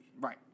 right